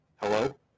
Hello